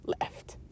left